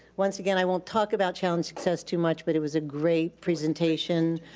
once again, i won't talk about challenge success too much, but it was a great presentation